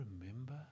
remember